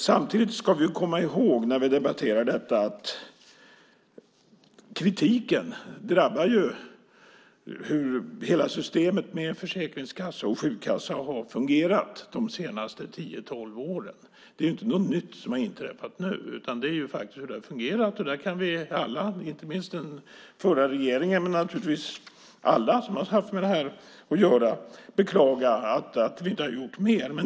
Samtidigt ska vi komma ihåg när vi debatterar detta att kritiken drabbar hela systemet med hur försäkringskassa och sjukkassa har fungerat de senaste tio tolv åren. Det är ju inte något nytt som har inträffat nu, utan det handlar om hur det har fungerat. Där kan vi alla som har haft med det här att göra, inte minst den förra regeringen, beklaga att vi inte har gjort mer.